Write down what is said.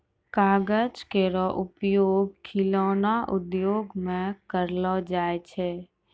कागज केरो उपयोग खिलौना उद्योग म करलो जाय छै